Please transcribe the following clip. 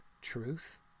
truth